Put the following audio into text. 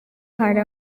hari